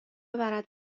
ببرد